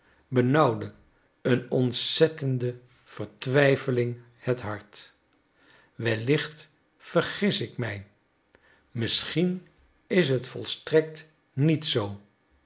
benauwde een ontzettende vertwijfeling haar het hart wellicht vergis ik mij misschien is het volstrekt niet zoo